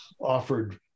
offered